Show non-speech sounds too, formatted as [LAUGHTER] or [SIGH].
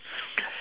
[NOISE]